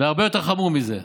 והרבה יותר חמור מזה.